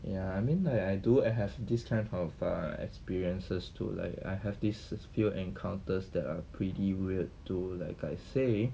ya I mean like I do I have this kind of err experiences too like I have this few encounters that are pretty weird too like I say